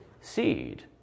seed